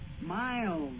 miles